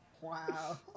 wow